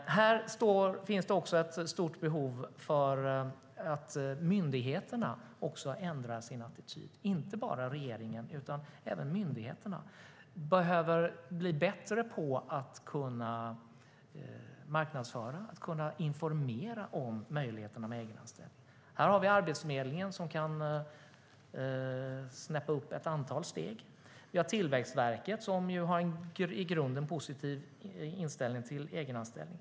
Här finns också ett stort behov av att myndigheterna ändrar sin attityd. Det gäller alltså inte bara regeringen utan även myndigheterna. Man behöver bli bättre på att marknadsföra och informera om möjligheterna med egenanställning. Det handlar om Arbetsförmedlingen, som kan snäppas upp ett antal steg. Tillväxtverket har en i grunden positiv inställning till egenanställning.